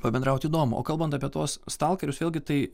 pabendraut įdomu o kalbant apie tuos stalkerius vėlgi tai